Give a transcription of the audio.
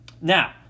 Now